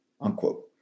unquote